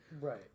Right